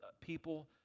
people